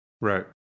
Right